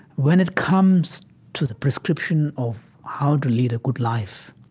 when it comes to the prescription of how to lead a good life,